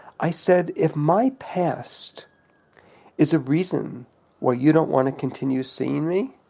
i said, if my past is a reason why you don't want to continue seeing me,